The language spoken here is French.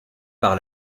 par